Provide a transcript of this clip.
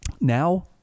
Now